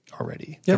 already